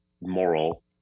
moral